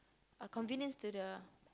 uh convenience to the